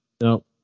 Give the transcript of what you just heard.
no